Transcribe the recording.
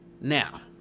Now